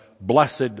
blessed